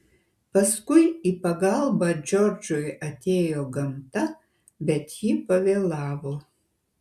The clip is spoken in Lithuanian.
paskui į pagalbą džordžui atėjo gamta bet ji pavėlavo